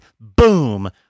boom